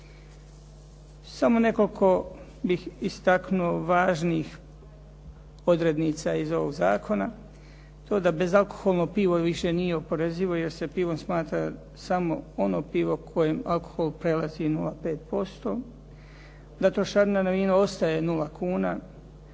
Samo nekoliko bih istaknuo važnih odrednica iz ovog zakona. To da bezalkoholno pivo više nije oporezivo, jer se pivom smatra samo ono pivo kojem alkohol prelazi 0,5%, da trošarina na vino ostaje 0